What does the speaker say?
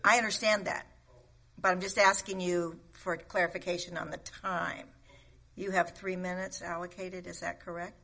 i understand that but i'm just asking you for a clarification on the time you have three minutes allocated is that correct